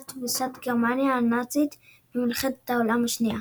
תבוסת גרמניה הנאצית במלחמת העולם השנייה.